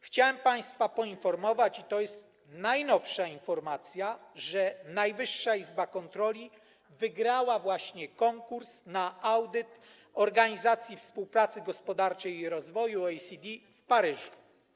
Chciałem państwa poinformować, i to jest najnowsza wiadomość, że Najwyższa Izba Kontroli wygrała właśnie konkurs na audyt Organizacji Współpracy Gospodarczej i Rozwoju, OECD, w Paryżu.